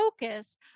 focus